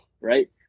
right